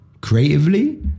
Creatively